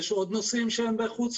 יש עוד נושאים שהם בחוץ?